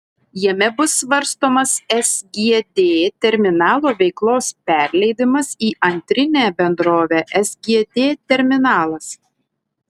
jame bus svarstomas sgd terminalo veiklos perleidimas į antrinę bendrovę sgd terminalas